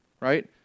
right